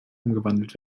umgewandelt